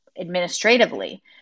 administratively